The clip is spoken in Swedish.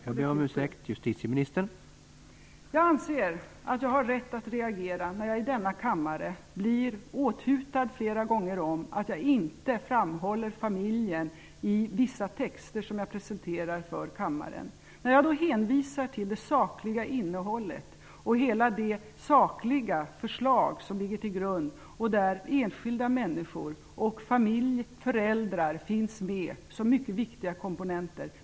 Herr talman! Jag anser att jag har rätt att reagera när jag i denna kammare blir åthutad flera gånger för att jag inte framhåller familjen i vissa texter som jag presenterar för kammaren. Jag hänvisade nu till det sakliga innehållet och hela det sakliga förslag som ligger till grund för arbetet. Enskilda människor, familjer och föräldrar finns med som mycket viktiga komponenter.